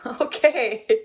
Okay